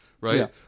right